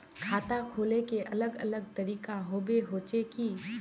खाता खोले के अलग अलग तरीका होबे होचे की?